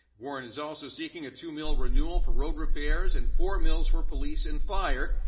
warren is also seeking a two mil renewal for road repairs and four mil for police and fire.